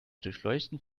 durchleuchten